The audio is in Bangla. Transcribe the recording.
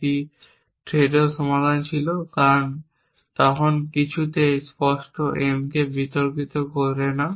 এটিও থ্রেডর সমাধান ছিল কারণ তখন কিছুই এই স্পষ্ট Mকে বিতর্কিত করে না